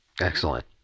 Excellent